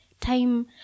time